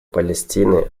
палестины